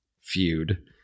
feud